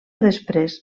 després